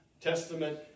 Testament